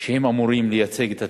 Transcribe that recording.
שאמורים לייצג את הציבור.